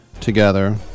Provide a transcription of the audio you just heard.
together